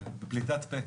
בפליטת פה,